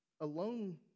alone